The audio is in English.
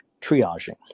triaging